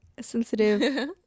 sensitive